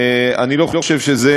אני לא חושב שזה